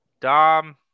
Dom